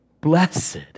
blessed